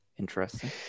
Interesting